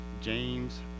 James